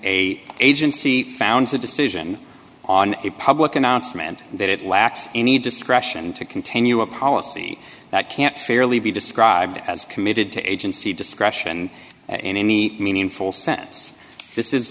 a agency founds a decision on a public announcement that it lacks any discretion to continue a policy that can't fairly be described as committed to agency discretion in any meaningful sense